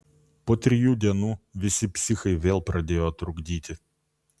po trijų dienų visi psichai vėl pradėjo trukdyti